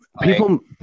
people